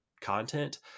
content